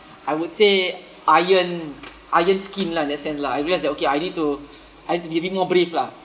I would say iron iron skin lah in that sense lah I realised that okay I need to I need to be a bit more brave lah